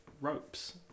ropes